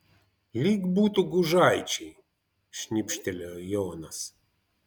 lyg būtų gužaičiai šnibžtelėjo jonas